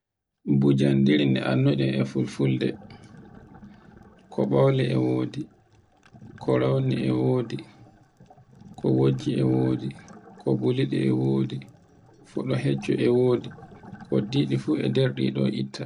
Bujandire e annduɗen e fulfulde, ko ɓawli e wodi, ko rawni e wodi, ko wojji e wodi, ko buluɗi e wodi, fuɗo heccu e wodi. Ko derdiɗi fu e ɗo etta.